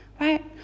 right